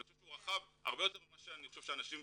אני חושב שהוא רחב הרבה יותר ממה שאנשים פה חשוב.